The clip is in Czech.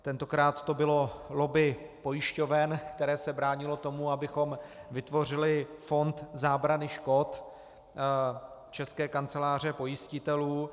Tentokrát to bylo lobby pojišťoven, které se bránilo tomu, abychom vytvořili fond zábrany škod České kanceláře pojistitelů.